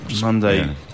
Monday